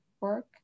work